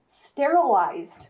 sterilized